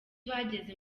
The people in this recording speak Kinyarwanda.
bageze